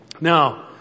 Now